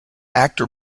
actor